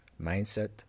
Mindset